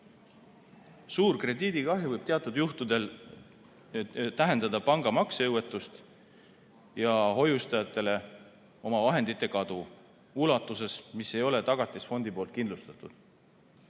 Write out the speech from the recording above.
Suur krediidikahju võib teatud juhtudel tähendada panga maksejõuetust ja hoiustajatele omavahendite kadu ulatuses, mis ei ole Tagatisfondi poolt kindlustatud,